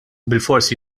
bilfors